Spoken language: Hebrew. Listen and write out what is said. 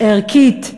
ערכית,